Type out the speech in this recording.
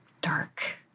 dark